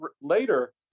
later